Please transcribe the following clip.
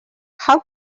how